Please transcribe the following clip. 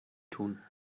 tun